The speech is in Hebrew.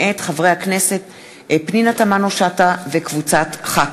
מאת חבר הכנסת ניצן הורוביץ, הצעת חוק